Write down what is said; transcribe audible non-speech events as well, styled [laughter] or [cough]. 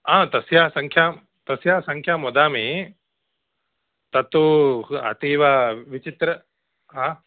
आ तस्य सङ्ख्यां तस्य सङ्ख्यां वदामि तत्तु [unintelligible] अतीव विचित्रं हा